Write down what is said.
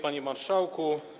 Panie Marszałku!